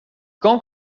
quand